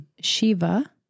Shiva